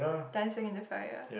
dancing in the fire